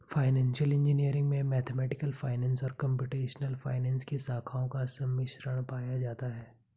financial engineering में mathematical finance और computational finance की शाखाओं का सम्मिश्रण पाया जाता है